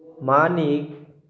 मानिक